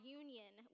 union